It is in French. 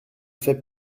fais